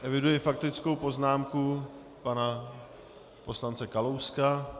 Eviduji faktickou poznámku pana poslance Kalouska.